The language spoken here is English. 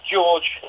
George